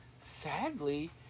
sadly